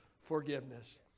forgiveness